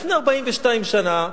לפני 43 שנים